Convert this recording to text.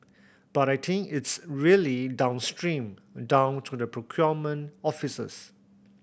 but I think it's really downstream down to the procurement offices